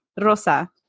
Rosa